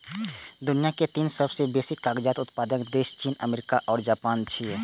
दुनिया के तीन सबसं बेसी कागज उत्पादक देश चीन, अमेरिका आ जापान छियै